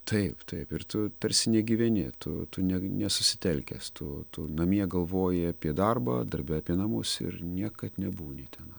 taip taip ir tu tarsi negyveni tu tu ne nesusitelkęs tu tu namie galvoji apie darbą darbe apie namus ir niekad nebūni tena